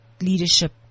leadership